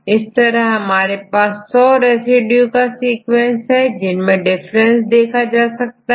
इस तरह हमारे पास 100 रेसिड्यूका सीक्वेंस है जिनमें डिफरेंस देखा जा सकता है